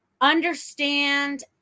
understand